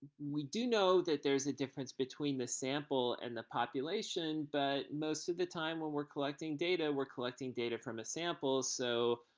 we do know that there's a difference between a sample and the population. but most of the time, when we're collecting data, we're collecting data from a sample. so